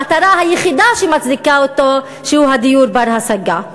המטרה היחידה שמצדיקה אותו שהיא הדיור בר-השגה.